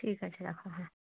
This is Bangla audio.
ঠিক আছে রাখো হ্যাঁ